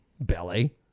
belly